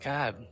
God